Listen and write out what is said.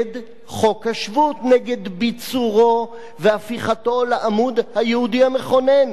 נגד ביצורו והפיכתו לעמוד היהודי המכונן של מדינת ישראל.